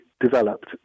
developed